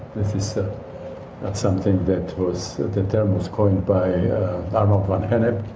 this is something that was. the term was coined by arnold van gennep,